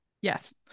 Yes